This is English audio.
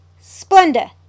Splenda